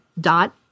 dot